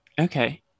Okay